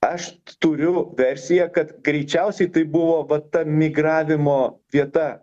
aš t turiu versiją kad greičiausiai tai buvo va ta migravimo vieta